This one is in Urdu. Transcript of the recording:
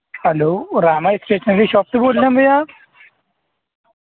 ہلو راما اسٹیشنری شاپ سے بول رہے ہیں بھیا آپ